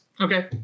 Okay